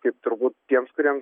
kaip turbūt tiems kuriems